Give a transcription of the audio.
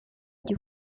die